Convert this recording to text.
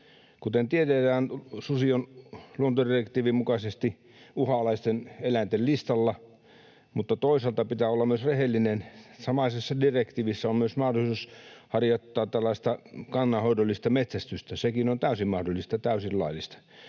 Kuten tiedetään, susi on luontodirektiivin mukaisesti uhanalaisten eläinten listalla, mutta toisaalta pitää olla myös rehellinen: samaisessa direktiivissä on myös mahdollisuus harjoittaa tällaista kannanhoidollista metsästystä — sekin on täysin mahdollista, täysin laillista.